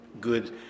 good